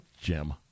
Jim